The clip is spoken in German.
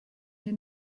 hier